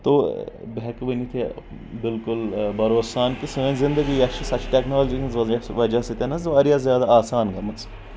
تو بہٕ ہٮ۪کہٕ ؤنِتھ کہِ بالکُل کہِ بروس سان کہِ سٲنۍ زندگی یۄس چھِ سۄ چھِ ٹٮ۪کنالوجی وزیہ وجہ سۭتۍ حظ واریاہ زیادٕ آسان گٔمٕژ